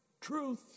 truth